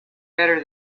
better